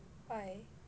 why